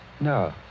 No